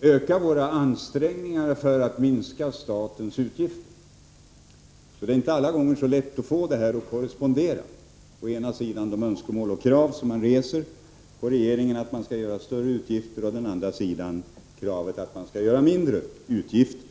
öka våra ansträngningar att minska statens utgifter. Det är inte alla gånger så lätt att få de olika kraven att korrespondera: å ena sidan de önskemål och krav som oppositionen reser på regeringen om större utgifter och å den andra sidan kravet att vi skall ha lägre utgifter.